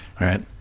right